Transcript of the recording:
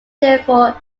therefore